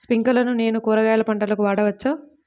స్ప్రింక్లర్లను నేను కూరగాయల పంటలకు వాడవచ్చా?